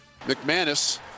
McManus